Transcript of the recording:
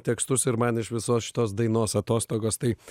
tekstus ir man iš visos šitos dainos atostogos tai